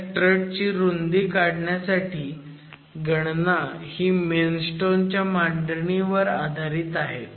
त्या स्ट्रट ची रुब्दी काढण्यासाठीची गणना ही मेनस्टोन च्या मांडणी वर आधारित आहे